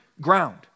ground